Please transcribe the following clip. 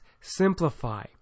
Simplify